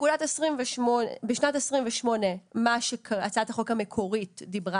בשנת 2028 מה שהצעת החוק המקורית דיברה